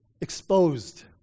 exposed